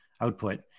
output